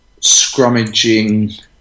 scrummaging